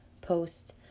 post